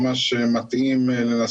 המהילה שלו צריכה להיות מאוד גדולה בשביל